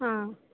ಹಾಂ